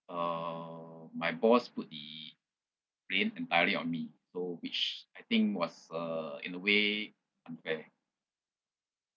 uh my boss put the blame entirely on me so which I think was uh in a way unfair